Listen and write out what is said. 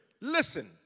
Listen